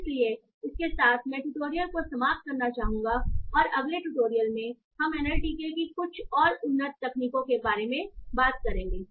इसलिए इसके साथ मैं ट्यूटोरियल को समाप्त करना चाहूंगा और अगले ट्यूटोरियल में हम एनएलटीके की कुछ और उन्नत तकनीकों के बारे में बात करेंगे